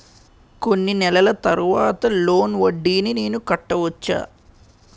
కొన్ని నెలల తర్వాత లోన్ వడ్డీని నేను కట్టవచ్చా?